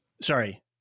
Sorry